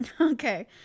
Okay